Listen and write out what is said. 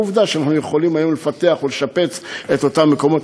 ועובדה שאנחנו יכולים היום לפתח ולשפץ את אותם מקומות.